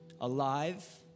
alive